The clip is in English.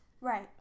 Right